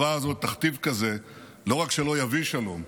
תכתיב כזה לא רק שלא יביא שלום,